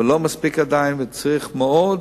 אבל לא מספיק עדיין, וצריך מאוד